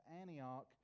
Antioch